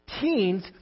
teens